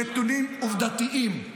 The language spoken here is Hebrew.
הדברים שאני אמרתי כאן הם נתונים עובדתיים,